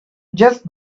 just